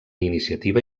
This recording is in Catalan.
iniciativa